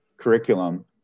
curriculum